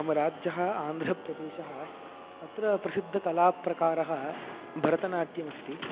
मम राज्यः आन्ध्रप्रदेशः अत्र प्रसिद्धकलाप्रकारः भरतनाट्यमस्ति